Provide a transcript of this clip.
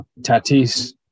Tatis